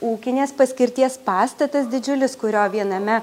ūkinės paskirties pastatas didžiulis kurio viename